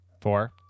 Four